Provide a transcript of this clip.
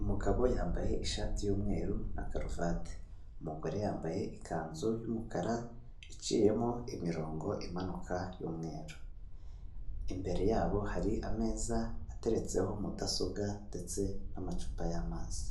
umugabo yambaye ishati y'umweru na karuvate, umugore yambaye ikanzu y'umukara iciyemo imirongo imanuka y'umweru, imbere yabo hari ameza ateretseho mudasobwa ndetse n'amacupa y'amazi.